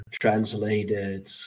translated